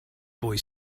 boy